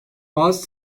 bazı